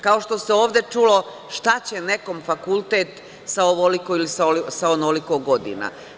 Kao što se ovde čulo - šta će nekom fakultet sa ovoliko ili onoliko godina.